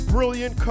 Brilliant